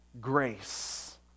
grace